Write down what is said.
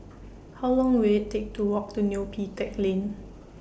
How Long Will IT Take to Walk to Neo Pee Teck Lane